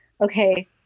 okay